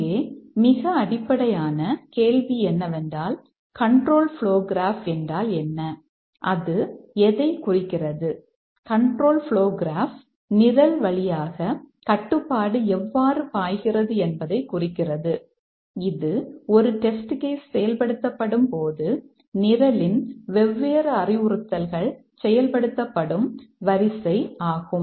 இங்கே மிக அடிப்படையான கேள்வி என்னவென்றால் கண்ட்ரோல் ப்ளோ கிராப் செயல்படுத்தப்படும்போது நிரலின் வெவ்வேறு அறிவுறுத்தல்கள் செயல்படுத்தப்படும் வரிசையாகும்